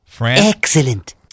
Excellent